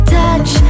touch